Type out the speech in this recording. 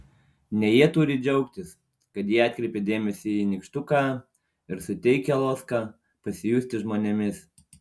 ne jie turi džiaugtis kad jie atkreipia dėmesį į nykštuką ir suteikia loską pasijusti žmonėmis